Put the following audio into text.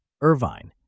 Irvine